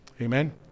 Amen